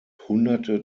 hunderte